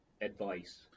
advice